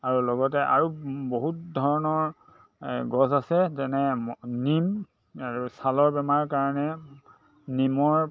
আৰু লগতে আৰু বহুত ধৰণৰ গছ আছে যেনে নিম আৰু ছালৰ বেমাৰৰ কাৰণে নিমৰ পাত